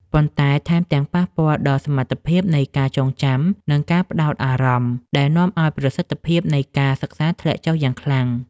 ប៉ុន្តែថែមទាំងប៉ះពាល់ដល់សមត្ថភាពនៃការចងចាំ និងការផ្ដោតអារម្មណ៍ ដែលនាំឱ្យប្រសិទ្ធភាពនៃការសិក្សាធ្លាក់ចុះយ៉ាងខ្លាំង។